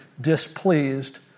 displeased